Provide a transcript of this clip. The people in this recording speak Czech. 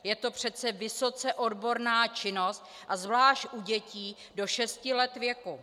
Je to přece vysoce odborná činnost a zvlášť u dětí do šesti let věku.